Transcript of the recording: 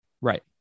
right